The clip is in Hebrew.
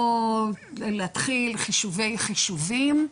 לא להתחיל חישובי חישובים.